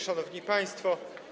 Szanowni Państwo!